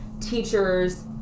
teachers